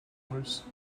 russe